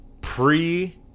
pre-